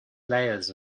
layers